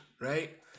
right